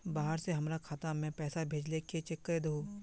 बाहर से हमरा खाता में पैसा भेजलके चेक कर दहु?